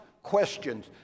Questions